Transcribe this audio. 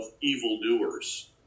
evildoers